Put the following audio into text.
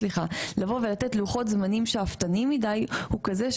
לבוא ולתת לוחות זמנים שאפתניים מדיי הוא כזה,